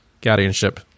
guardianship